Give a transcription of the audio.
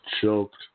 choked